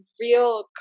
real